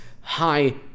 high